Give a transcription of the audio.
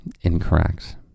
Incorrect